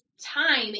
time